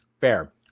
Fair